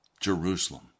Jerusalem